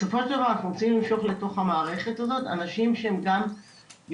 בסופו של דבר אנחנו רוצים למשוך לתוך המערכת הזאת אנשים שהם גם יוזמים,